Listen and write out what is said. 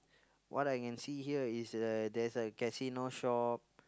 what I can see here is uh there's a casino shop